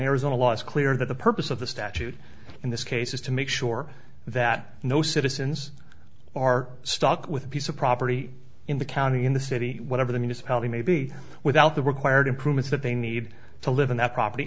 arizona law is clear that the purpose of the statute in this case is to make sure that no citizens are stuck with a piece of property in the county in the city whatever the municipality may be without the required improvements that they need to live in that property